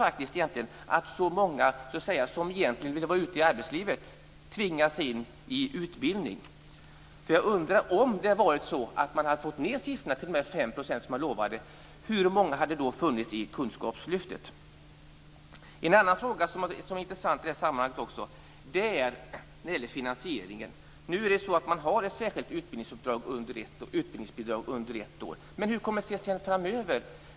Många som egentligen vill vara ute i arbetslivet tvingas in i utbildning. Om siffrorna hade sjunkit till de utlovade 5 %, hur många hade funnits i kunskapslyftet? En annan intressant fråga i det här sammanhanget är finansieringen. Nu har man ett särskilt utbildningsbidrag under ett år. Men hur kommer det att bli framöver?